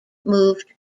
moved